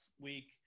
week